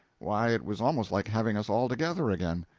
why, it was almost like having us all together again.